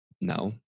No